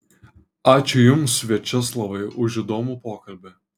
ačiū jums viačeslavai už įdomų pokalbį